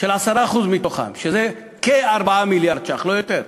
של 10% מתוכם, שזה כ-4 מיליארד ש"ח, לא יותר.